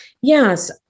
Yes